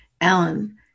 Alan